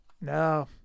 No